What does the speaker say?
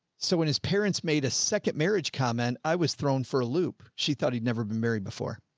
so when his parents made a second marriage comment, i was thrown for a loop. she thought he'd never been married before.